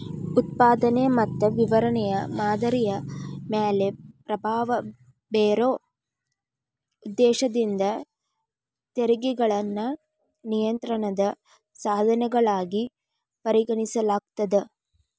ಉತ್ಪಾದನೆ ಮತ್ತ ವಿತರಣೆಯ ಮಾದರಿಯ ಮ್ಯಾಲೆ ಪ್ರಭಾವ ಬೇರೊ ಉದ್ದೇಶದಿಂದ ತೆರಿಗೆಗಳನ್ನ ನಿಯಂತ್ರಣದ ಸಾಧನಗಳಾಗಿ ಪರಿಗಣಿಸಲಾಗ್ತದ